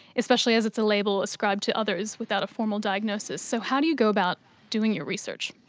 especially as it's a label ascribed to others without a formal diagnosis. so how do you go about doing your research?